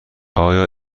آیا